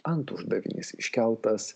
antuždavinys iškeltas